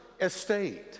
estate